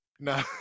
No